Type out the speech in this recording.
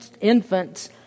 infants